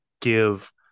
give